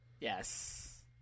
Yes